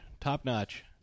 top-notch